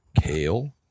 kale